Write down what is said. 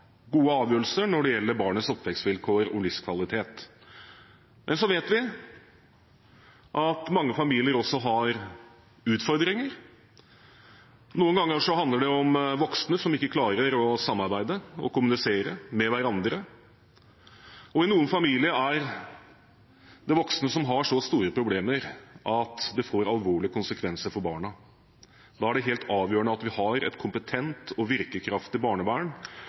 gode avgjørelser når det gjelder barnets oppvekstvilkår og livskvalitet. Men så vet vi at mange familier også har utfordringer. Noen ganger handler det om voksne som ikke klarer å samarbeide og kommunisere med hverandre. Og i noen familier er det voksne som har så store problemer at det får alvorlige konsekvenser for barna. Da er det helt avgjørende at vi har et kompetent og virkekraftig barnevern